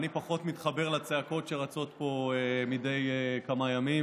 אני פחות מתחבר לצעקות שרצות פה מדי כמה ימים.